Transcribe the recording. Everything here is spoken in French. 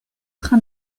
train